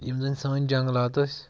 یِم زَن سٲنۍ جنٛگلات ٲسۍ